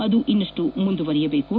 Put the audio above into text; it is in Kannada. ಅದು ಇನ್ನಷ್ಟು ಮುಂದುವರಿಯಬೇಕು